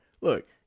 look